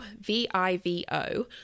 v-i-v-o